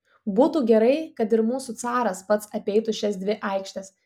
būtų gerai kad ir mūsų caras pats apeitų šias dvi aikštes